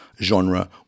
genre